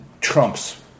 trumps